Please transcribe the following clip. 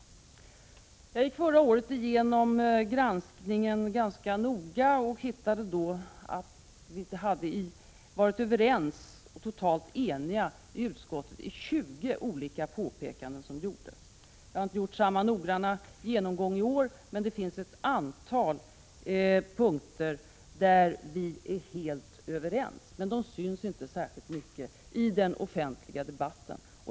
Jag gick förra året igenom granskningsbetänkandet ganska noggrant och hittade då att vi varit överens och totalt eniga i utskottet i 20 olika påpekanden. Jag har inte gjort samma noggranna genomgång i år, men det finns ett antal punkter där vi är helt överens. Det har inte synts särskilt mycket i den offentliga debatten.